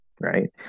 right